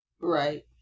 Right